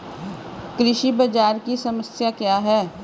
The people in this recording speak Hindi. कृषि बाजार की समस्या क्या है?